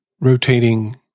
rotating